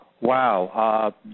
Wow